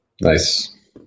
Nice